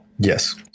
Yes